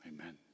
Amen